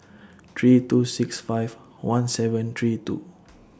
three two six five one seven three two